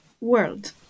world